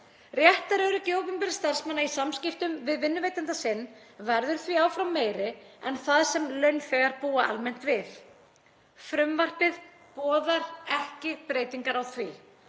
Réttaröryggi opinberra starfsmanna í samskiptum við vinnuveitanda sinn verður því áfram meira en það sem launþegar búa almennt við. Frumvarpið boðar ekki breytingar á því,